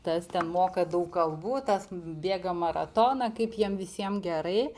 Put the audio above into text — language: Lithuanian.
tas ten moka daug kalbų tas bėga maratoną kaip jiem visiem gerai